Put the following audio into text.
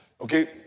Okay